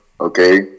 okay